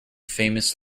famous